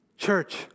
church